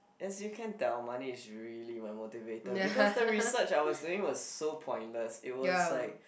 as you can tell money is really my motivator because the research I was doing was so pointless it was like